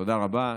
תודה רבה.